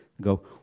go